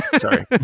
sorry